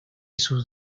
sus